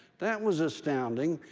that was astounding.